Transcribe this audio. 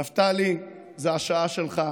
נפתלי, זאת השעה שלך,